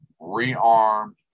rearmed